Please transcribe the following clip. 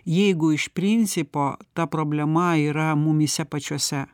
jeigu iš principo ta problema yra mumyse pačiuose